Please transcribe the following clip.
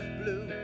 blue